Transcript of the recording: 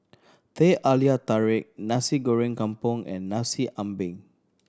Teh Halia Tarik Nasi Goreng Kampung and Nasi Ambeng